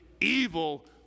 evil